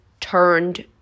turned